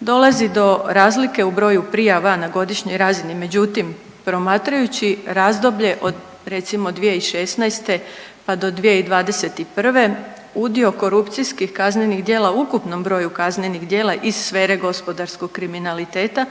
dolazi do razlike u broju prijava na godišnjoj razini. Međutim, promatrajući razdoblje od recimo 2016. pa do 2021. udio korupcijskih kaznenih djela u ukupnom broju kaznenih djela iz sfere gospodarskog kriminaliteta